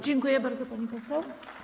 Dziękuję bardzo, pani poseł.